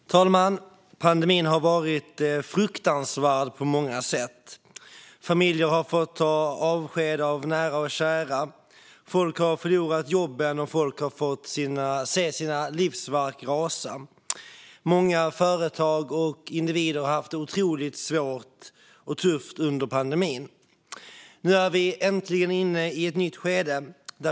Fru talman! Pandemin har varit fruktansvärd på många sätt. Familjer har fått ta avsked av nära och kära, folk har förlorat jobben och folk har fått se sina livsverk raseras. Många företag och individer har haft det svårt och tufft under pandemin. Nu är vi äntligen i ett nytt skede.